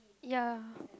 ya